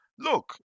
Look